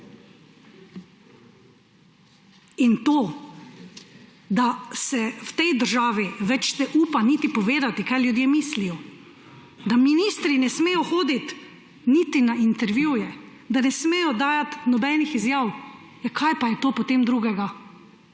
In to, da se v tej državi več ne upa niti povedati, kaj ljudje mislijo, da ministri ne smejo hoditi niti na intervjuje, da ne smejo dajati nobenih izjav – ja, kaj pa je to potem drugega,